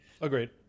Agreed